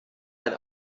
ein